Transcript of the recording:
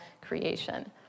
creation